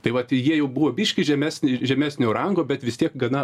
tai vat jie jau buvo biškį žemesni žemesnio rango bet vis tiek gana